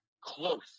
close